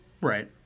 Right